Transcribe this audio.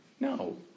No